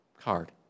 card